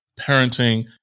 parenting